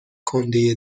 کندهی